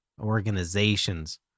organizations